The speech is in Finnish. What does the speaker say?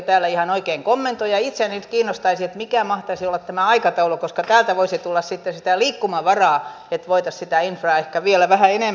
kertausharjoitukset palautetaan ensi vuonna ja itseäni kiinnostaisi mikä mahtaisi olla tämä aikataulu koska täältä voisi on jo palautettu tänäkin vuonna sille tasolle mitä uskottavan puolustuksen taso vaatii